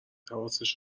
حواسش